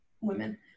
women